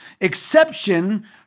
exception